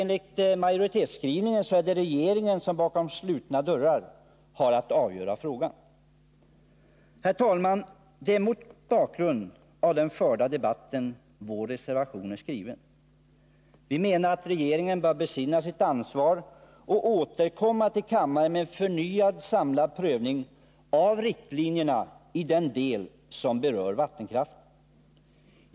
Enligt majoritetsskrivningen är det regeringen som har att avgöra frågan, bakom slutna dörrar. Herr talman! Det är mot bakgrund av den förda debatten som vår reservation är skriven. Vi menar att regeringen bör besinna sitt ansvar och återkomma till riksdagen med en förnyad, samlad prövning av riktlinjerna i den del som berör vattenkraften.